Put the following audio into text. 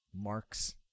marks